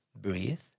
breathe